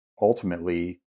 ultimately